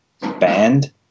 band